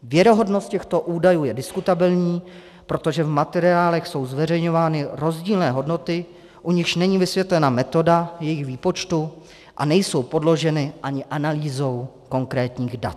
Věrohodnost těchto údajů je diskutabilní, protože v materiálech jsou zveřejňovány rozdílné hodnoty, u nichž není vysvětlena metoda jejich výpočtu, a nejsou podloženy ani analýzou konkrétních dat.